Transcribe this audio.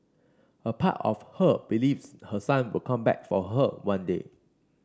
a part of her believes her son will come back for her one day